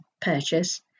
purchase